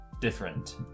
different